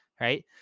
right